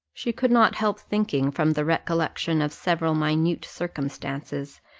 she could not help thinking, from the recollection of several minute circumstances,